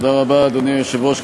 אדוני היושב-ראש,